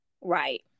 Right